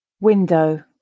Window